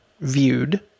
viewed